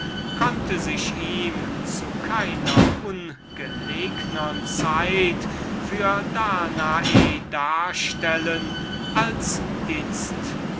konnte sich ihm zu keiner ungelegnern zeit für danae darstellen als itzt